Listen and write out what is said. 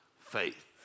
faith